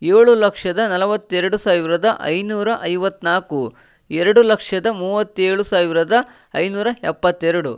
ಏಳು ಲಕ್ಷದ ನಲ್ವತ್ತೆರಡು ಸಾವಿರದ ಐನೂರ ಐವತ್ನಾಲ್ಕು ಎರಡು ಲಕ್ಷದ ಮೂವತ್ತೇಳು ಸಾವಿರದ ಐನೂರ ಎಪ್ಪತ್ತೆರಡು